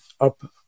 up